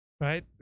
Right